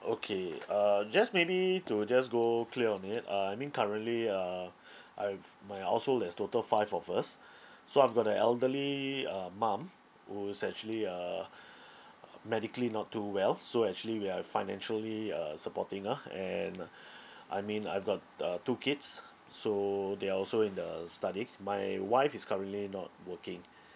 okay uh just maybe to just go clear on it uh I mean currently uh I've my household has total five of us so I've got a elderly uh mum who's actually uh uh medically not too well so actually we are financially uh supporting her and uh I mean I've got uh two kids so they are also in the studies my wife is currently not working